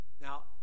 Now